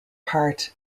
part